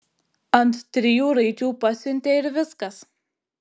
ant trijų raidžių pasiuntė ir viskas